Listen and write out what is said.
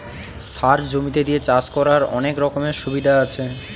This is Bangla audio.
সার জমিতে দিয়ে চাষ করার অনেক রকমের সুবিধা আছে